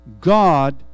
God